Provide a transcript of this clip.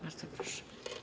Bardzo proszę.